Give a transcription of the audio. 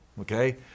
okay